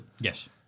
Yes